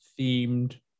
themed